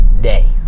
day